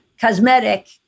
cosmetic